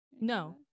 no